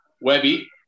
Webby